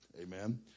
Amen